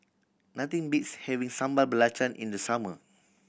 nothing beats having Sambal Belacan in the summer